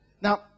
Now